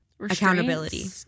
accountability